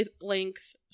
length